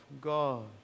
God